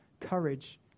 Courage